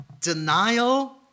denial